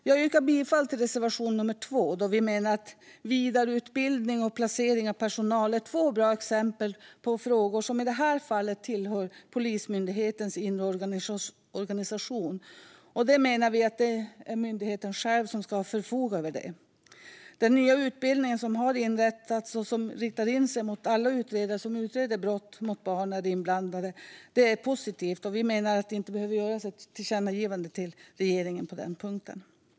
Jag yrkar bifall till reservation nummer 2, då vi menar att vidareutbildning och placering av personal är två bra exempel på frågor som i det här fallet tillhör Polismyndighetens inre organisation. Det menar vi att myndigheten själv ska förfoga över. Den nya utbildningen som har inrättats och som riktar sig till alla utredare som utreder brott där barn är inblandade är positiv, och vi menar att det inte behöver riktas ett tillkännagivande till regeringen på den punkten.